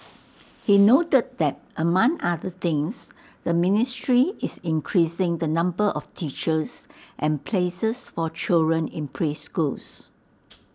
he noted that among other things the ministry is increasing the number of teachers and places for children in preschools